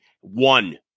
One